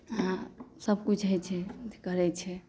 हँ सबकिछु होइ छै करै छै